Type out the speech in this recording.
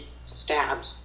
stabbed